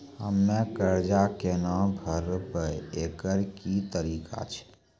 हम्मय कर्जा केना भरबै, एकरऽ की तरीका छै?